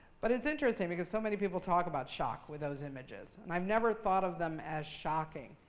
but it's interesting because so many people talk about shock with those images. and i've never thought of them as shocking.